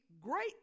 great